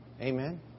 Amen